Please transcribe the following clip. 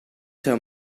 tell